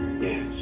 Yes